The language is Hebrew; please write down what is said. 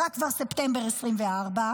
ספטמבר 2024 כבר עבר,